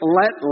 let